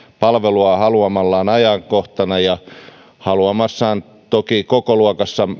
palvelua haluamanaan ajankohtana ja toki myös haluamassaan kokoluokassa